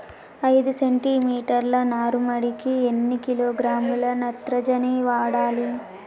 ఐదు సెంటి మీటర్ల నారుమడికి ఎన్ని కిలోగ్రాముల నత్రజని వాడాలి?